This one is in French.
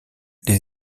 les